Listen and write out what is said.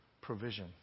provision